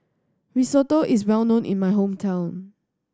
risotto is well known in my hometown